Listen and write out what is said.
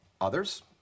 Others